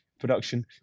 production